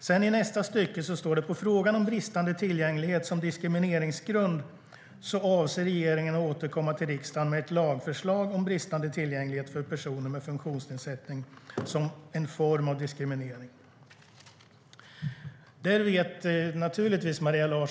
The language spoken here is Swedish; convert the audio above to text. Sedan sade statsrådet: "På frågan om bristande tillgänglighet som diskrimineringsgrund avser regeringen att återkomma till riksdagen med ett lagförslag om bristande tillgänglighet för personer med funktionsnedsättning som en form av diskriminering."